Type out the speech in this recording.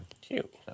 Cute